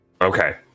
Okay